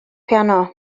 piano